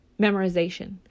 memorization